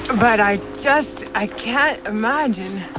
but i just i can't imagine